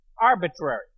arbitrary